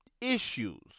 issues